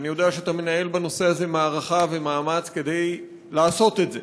ואני יודע שאתה מנהל בנושא הזה מערכה ומאמץ כדי לעשות את זה.